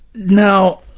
now,